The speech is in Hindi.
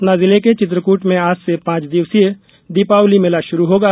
सतना जिले के चित्रकुट में आज से पांच दिवसीय दीपावली मेला शुरू होगा